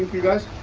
you guys?